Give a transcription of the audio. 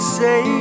say